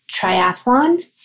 triathlon